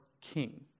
king